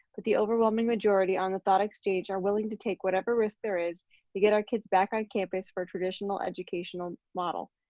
but the overwhelming majority on the thought exchange are willing to take whatever risk there is to get our kids back on campus for traditional traditional educational model.